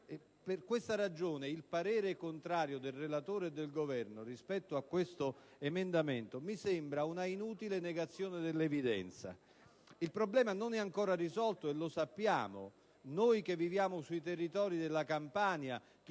Per questa ragione, il parere contrario del relatore e del Governo rispetto a questo emendamento mi sembra una inutile negazione dell'evidenza. Il problema non è ancora risolto, e lo sappiamo bene - chi più, chi meno - noi che viviamo nei territori della Campania.